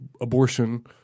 abortion